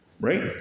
right